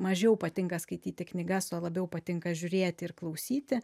mažiau patinka skaityti knygas o labiau patinka žiūrėti ir klausyti